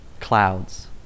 Clouds